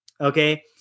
Okay